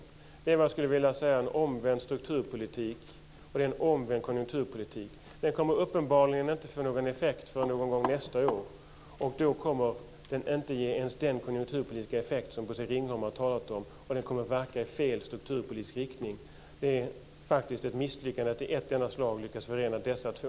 Det är vad jag skulle vilja kalla en omvänd strukturpolitik, och det är en omvänd konjunkturpolitik. Den kommer uppenbarligen inte att få någon effekt förrän någon gång nästa år. Då kommer den inte att ge ens den konjunkturpolitiska effekt som Bosse Ringholm har talat om, och den kommer att verka i fel strukturpolitisk riktning. Det är faktiskt ett misslyckande att i ett enda slag lyckas förena dessa två.